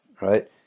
right